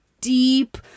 deep